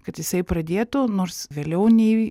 kad jisai pradėtų nors vėliau nei